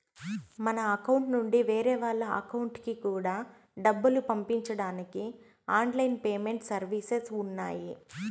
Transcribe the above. మన అకౌంట్ నుండి వేరే వాళ్ళ అకౌంట్ కూడా డబ్బులు పంపించడానికి ఆన్ లైన్ పేమెంట్ సర్వీసెస్ ఉన్నాయి